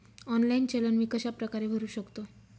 Online challan मी कशाप्रकारे भरु शकतो?